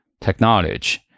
technology